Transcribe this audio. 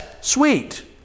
sweet